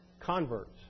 converts